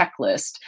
checklist